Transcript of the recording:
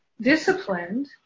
disciplined